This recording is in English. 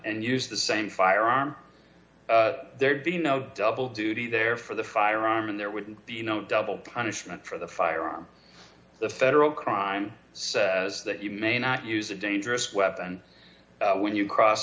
and used the same firearm there'd be no double duty there for the firearm and there wouldn't be no double punishment for the firearm the federal crime so that you may not use a dangerous weapon when you cross